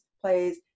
plays